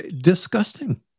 Disgusting